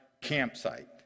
campsite